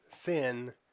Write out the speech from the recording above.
thin